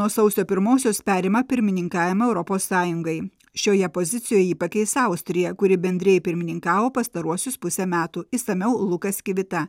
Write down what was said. nuo sausio pirmosios perima pirmininkavimą europos sąjungai šioje pozicijoje jį pakeis austrija kuri bendrijai pirmininkavo pastaruosius pusę metų išsamiau lukas kvita